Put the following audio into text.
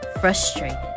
frustrated